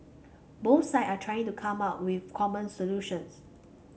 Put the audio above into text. both side are trying to come up with common solutions